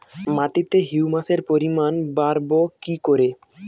মাটিতে হিউমাসের পরিমাণ বারবো কি করে?